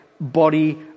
body